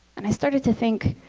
and i started to think,